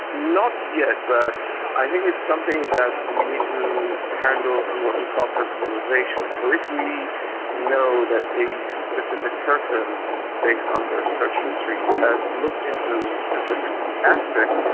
not yet, but i think it's something that we need to handle through what we call personalisation. so if we know that a specific person based on their search history has looked into a specific aspect,